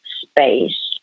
space